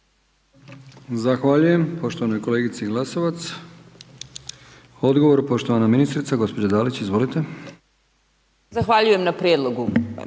Zahvaljujem poštovanoj kolegici Glasovac. Odgovor poštovana ministrica gospođa Dalić, izvolite. **Dalić, Martina